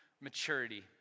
maturity